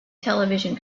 television